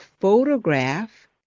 photograph